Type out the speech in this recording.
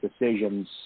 decisions